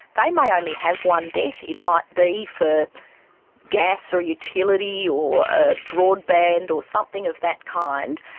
they may only have one debt. it might be for gas or utility or ah broadband or something of that kind.